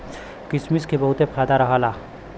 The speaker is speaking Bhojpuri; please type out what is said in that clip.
किसमिस क बहुते फायदा रहला